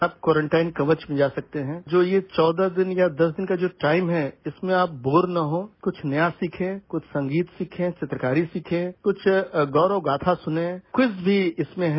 आप क्वारंटाइन कवच भी जा सकते हैं जो ये चौदह दिन या दस दिन का जो टाइम है इसमें आप बोर न हों कुछ नया सीखें कुछ संगीत सीखें चित्रकारी सीखें कुछ गौरवगाथा सुनें क्विज भी इसमें है